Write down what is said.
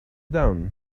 down